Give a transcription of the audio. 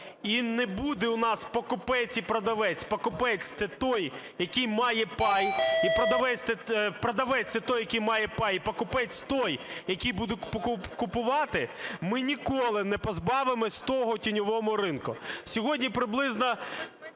і не буде у нас покупець і продавець, покупець – це той, який має пай, продавець – це той, який має пай, і покупець – той, який буде купувати, ми ніколи не позбавимось того тіньового ринку. Сьогодні приблизно